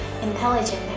intelligent